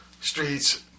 streets